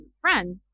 friends